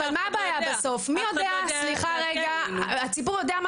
אבל הבעיה בסוף היא שהציבור יודע מה